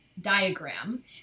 diagram